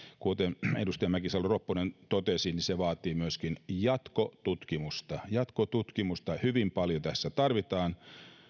kuten edustaja mäkisalo ropponen totesi se vaatii myöskin jatkotutkimusta jatkotutkimusta hyvin paljon tässä tarvitaan